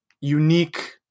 unique